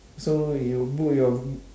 so you book your b~